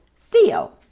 Theo